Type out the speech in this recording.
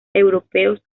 europeos